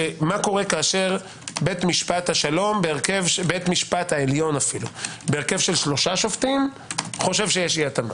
מה קורה כשבית משפט העליון בהרכב של 3 שופטים חושב שיש אי התאמה?